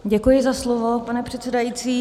Děkuji za slovo, pane předsedající.